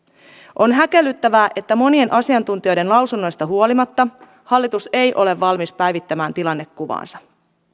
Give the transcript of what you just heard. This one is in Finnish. on häkellyttävää että monien asiantuntijoiden lausunnoista huolimatta hallitus ei ole valmis päivittämään tilannekuvaansa